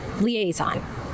liaison